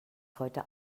heute